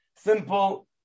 Simple